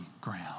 ground